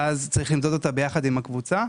ואז צריך למדוד אותה יחד עם הקבוצה.